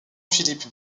philippe